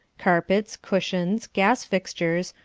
carpets, cushions, gas fixtures,